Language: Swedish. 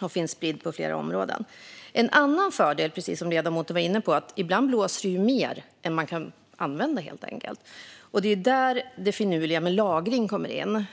och spridd över flera områden. En annan fördel, som ledamoten också var inne på, är att det ibland blåser mer än vad man kan använda. Det är där det finurliga med lagring kommer in.